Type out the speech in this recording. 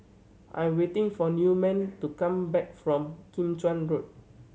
I am waiting for Newman to come back from Kim Chuan Road